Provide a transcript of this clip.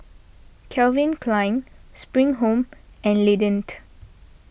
Calvin Klein Spring Home and Lindt